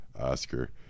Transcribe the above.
Oscar